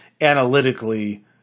analytically